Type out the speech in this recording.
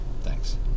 thanks